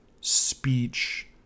speech